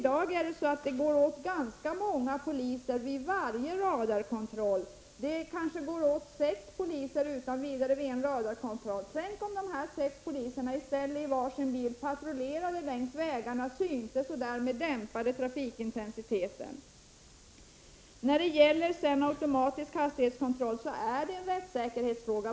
Det går åt ganska många poliser vid varje radarkontroll, kanske sex stycken vid en enda kontroll. Tänk om de sex poliserna i stället i var sin bil patrullerade längs vägarna, så att de syntes och därmed dämpade trafikintensiteten! Automatiska hastighetskontroller är en rättssäkerhetsfråga.